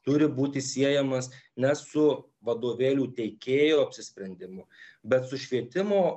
turi būti siejamas ne su vadovėlių teikėjo apsisprendimu bet su švietimo